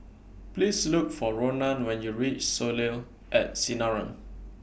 Please Look For Ronan when YOU REACH Soleil At Sinaran